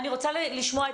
אני רוצה לשמוע את